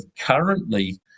currently